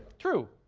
true.